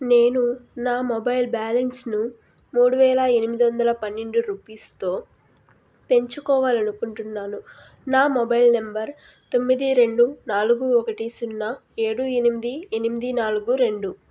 నేను నా మొబైల్ బ్యాలెన్స్ను మూడు వేల ఎనిమిది వందల పన్నెండు రుపీస్తో పెంచుకోవాలనుకుంటున్నాను నా మొబైల్ నెంబర్ తొమ్మిది రెండు నాలుగు ఒకటి సున్నా ఏడు ఎనిమిది ఎనిమిది నాలుగు రెండు